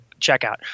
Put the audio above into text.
checkout